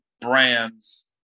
brands